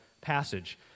passage